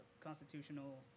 constitutional